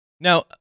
Now